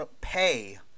pay